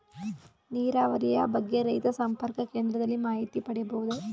ನೀರಾವರಿಯ ಬಗ್ಗೆ ರೈತ ಸಂಪರ್ಕ ಕೇಂದ್ರದಲ್ಲಿ ಮಾಹಿತಿ ಪಡೆಯಬಹುದೇ?